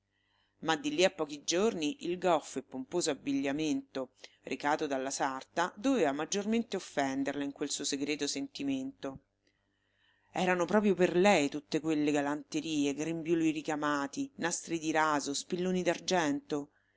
ma di lì a pochi giorni il goffo e pomposo abbigliamento recato dalla sarta doveva maggiormente offenderla in quel suo segreto sentimento erano proprio per lei tutte quelle galanterie grembiuli ricamati nastri di raso spilloni